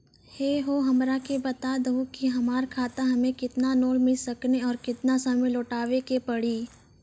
है हो हमरा के बता दहु की हमार खाता हम्मे केतना लोन मिल सकने और केतना समय मैं लौटाए के पड़ी?